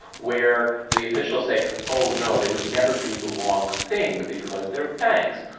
where the officials say, oh no, they would never do the wrong thing because they are banks.